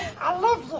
i love